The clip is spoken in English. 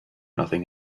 nothing